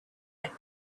had